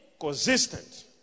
consistent